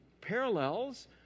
parallels